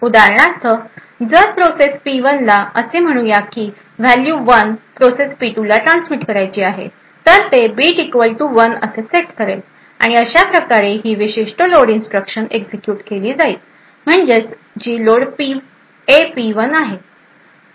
उदाहरणार्थ जर process P 1 ला असे म्हणू या की व्हॅल्यू वन प्रोसेस पी 2 ला ट्रान्समिट करायची आहे तर ते बीट इक्वल टू वन असे सेट करेल आणि अशा प्रकारे ही विशिष्ट लोड इंस्ट्रक्शन एक्झिक्युट केल्या जातील म्हणजे जी लोड ए पी 1 आहे